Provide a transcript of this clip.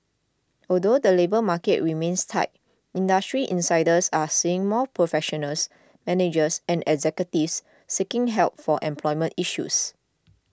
although the labour market remains tight industry insiders are seeing more professionals managers and executives seeking help for employment issues